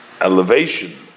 elevation